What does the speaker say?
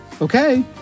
Okay